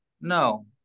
no